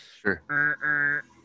Sure